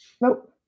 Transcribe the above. nope